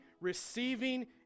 receiving